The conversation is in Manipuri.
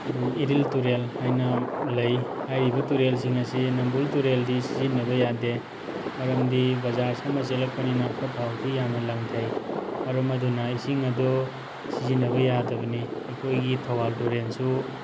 ꯑꯗꯨꯒ ꯏꯔꯤꯜ ꯇꯨꯔꯦꯜ ꯍꯥꯏꯅ ꯂꯩ ꯍꯥꯏꯔꯤꯕ ꯇꯨꯔꯦꯜꯁꯤꯡ ꯑꯁꯤ ꯅꯝꯕꯨꯜ ꯇꯨꯔꯦꯜꯗꯤ ꯁꯤꯖꯤꯟꯅꯕ ꯌꯥꯗꯦ ꯃꯔꯝꯗꯤ ꯕꯖꯥꯔ ꯁꯝꯃ ꯆꯦꯜꯂꯛꯄꯅꯤꯅ ꯐꯠꯇ ꯍꯥꯎꯊꯤ ꯌꯥꯝꯅ ꯂꯪꯊꯩ ꯃꯔꯝ ꯑꯗꯨꯅ ꯏꯁꯤꯡ ꯑꯗꯨ ꯁꯤꯖꯤꯟꯅꯕ ꯌꯥꯗꯕꯅꯤ ꯑꯩꯈꯣꯏꯒꯤ ꯊꯧꯕꯥꯜ ꯇꯨꯔꯦꯜꯁꯨ